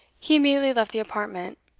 he immediately left the apartment,